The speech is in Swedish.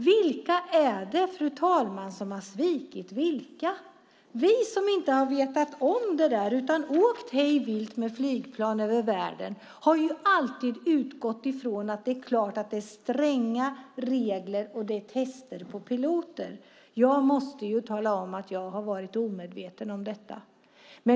Vilka är det, fru talman, som har svikit vilka? Vi som inte har vetat om detta utan åkt hej vilt med flygplan över världen har ju alltid utgått från att det är klart att det är stränga regler och tester på piloter. Jag måste tala om att jag har varit omedveten om detta.